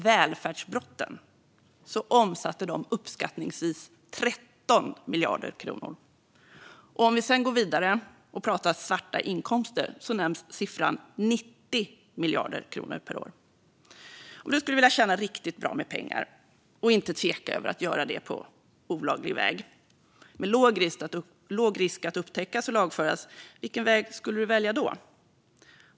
Välfärdsbrotten omsatte uppskattningsvis 13 miljarder kronor. Och om vi sedan går vidare och pratar svarta inkomster nämns siffran 90 miljarder kronor per år. Om du skulle vilja tjäna riktigt bra med pengar och inte tvekade över att göra det på olaglig väg och med låg risk att upptäckas och lagfaras, vilken väg skulle du välja då?